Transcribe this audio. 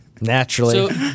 Naturally